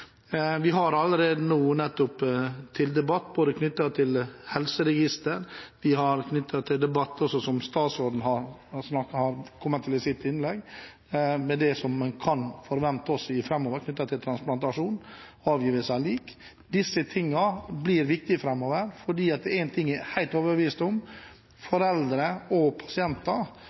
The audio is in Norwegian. Vi har allerede nå til debatt både helseregister og det statsråden kom med i sitt innlegg om hva en kan forvente framover knyttet til transplantasjon, avgivelse av lik. Disse tingene blir viktig framover, og det er én ting jeg er helt overbevist om: Foreldre, pasienter og